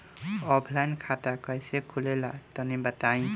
Offline खाता कइसे खुले ला तनि बताई?